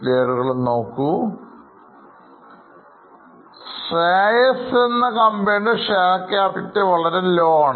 Shreyas എന്ന കമ്പനിയുടെ share ക്യാപിറ്റൽവളരെ low യാണ്